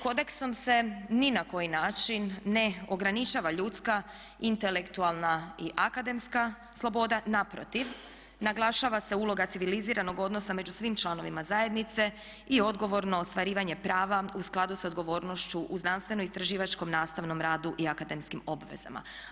Kodeksom se ni na koji način ne ograničava ljudska, intelektualna i akademska sloboda, naprotiv, naglašava se uloga civiliziranog odnosa među svim članovima zajednice i odgovorno ostvarivanje prava u skladu sa odgovornošću u znanstveno-istraživačkom nastavnom radu i akademskim obvezama.